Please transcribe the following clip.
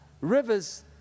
Rivers